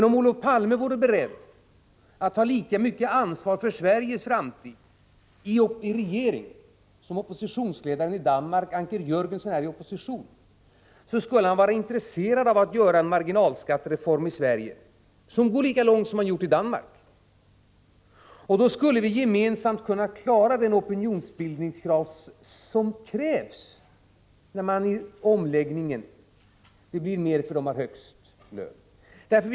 Om Olof Palme vore beredd att i regeringsställning ta lika mycket ansvar för Sveriges framtid som oppositionsledaren i Danmark, Anker Jörgensen, är beredd att i opposition ta för Danmarks framtid, skulle Olof Palme vara intresserad av att i Sverige genomföra en marginalskattereform som går lika långt som den danska. Då skulle vi gemensamt kunna klara den opinionsbildning som krävs, eftersom det vid omläggningen blir mer för dem som har högst lön.